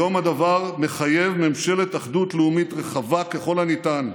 היום הדבר מחייב ממשלת אחדות לאומית רחבה ככל הניתן,